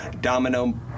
domino-